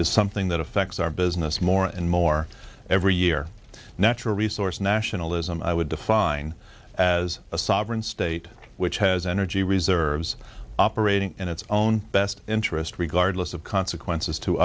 is something that affects our business more and more every year natural resource nationalism i would define as a sovereign state which has energy reserves operating in its own best interest regardless of consequences to